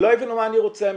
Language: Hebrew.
לא הבינו מה אני רוצה מהם.